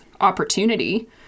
opportunity